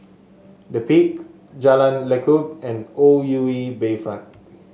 The Peak Jalan Lekub and O U E Bayfront